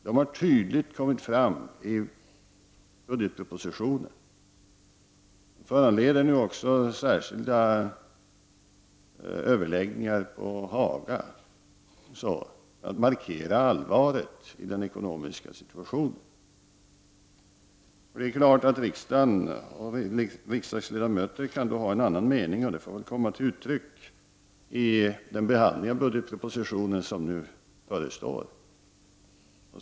De har tydligt kommit fram i budgetpropositionen och föranleder nu också särskilda överläggningar på Haga för att markera allvaret i den ekonomiska situationen. Det är klart att riksdagen och riksdagsledamöter kan ha en annan mening, och det får komma till uttryck i den behandling av budgetpropositionen som nu förestår.